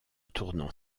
tournant